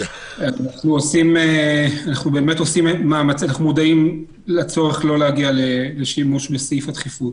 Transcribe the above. אנחנו מודעים לצורך לא להגיע לשימוש בסעיף הדחיפות.